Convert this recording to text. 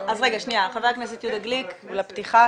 חבר הכנסת יהודה גליק בבקשה.